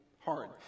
hard